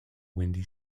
windy